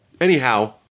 Anyhow